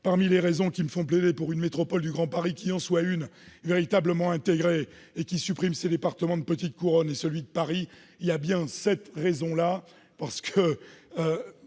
Parmi les raisons qui me font plaider pour une métropole du Grand Paris véritablement intégrée, qui supprimerait les départements de la petite couronne et celui de Paris, il y a bien cette raison-là.